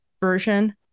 version